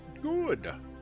good